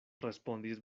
respondis